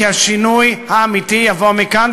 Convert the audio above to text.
כי השינוי האמיתי יבוא מכאן.